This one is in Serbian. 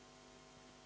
Hvala,